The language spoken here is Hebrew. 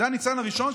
זה הניצן הראשון,